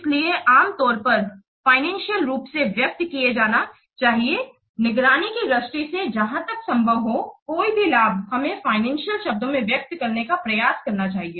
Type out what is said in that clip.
इसलिए आम तौर पर इसे फाइनेंसियल रूप से व्यक्त किया जाना चाहिए निगरानी की दृष्टि से जहाँ तक संभव हो कोई भी लाभ हमें फाइनेंसियल शब्दों में व्यक्त करने का प्रयास करना चाहिए